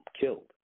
killed